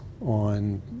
on